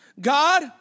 God